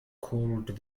called